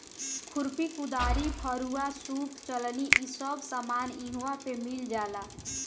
खुरपी, कुदारी, फरूहा, सूप चलनी इ सब सामान इहवा पे मिल जाला